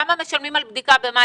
כמה משלמים על בדיקה ב-MyHeritage,